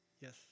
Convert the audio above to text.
Yes